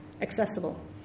accessible